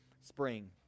spring